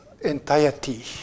entirety